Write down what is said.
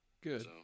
Good